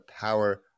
power